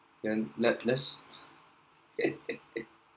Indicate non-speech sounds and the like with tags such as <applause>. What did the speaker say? then let let's <laughs>